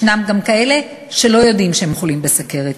ישנם גם כאלה שלא יודעים שהם חולים בסוכרת.